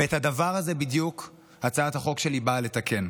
ואת הדבר הזה בדיוק הצעת החוק שלי באה לתקן.